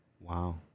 Wow